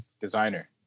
Designer